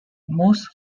most